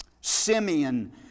Simeon